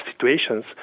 situations